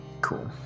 cool